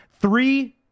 three